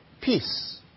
peace